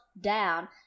down